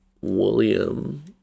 William